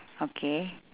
okay